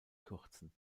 kürzen